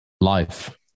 life